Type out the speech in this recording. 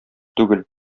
түгел